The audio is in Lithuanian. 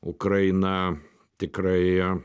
ukraina tikrai